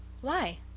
Why